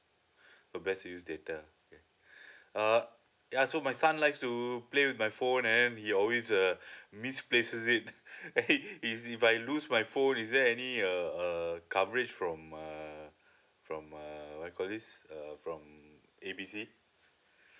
the best to use data okay uh ya so my son likes to play with my phone and then he always uh misplaces it is if I lose my phone is there any a uh coverage from uh from uh what we call this from A B C